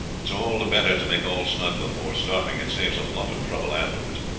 it's all the better to make all snug before starting it saves a lot of trouble afterwards,